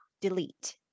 Delete